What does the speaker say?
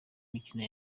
imikino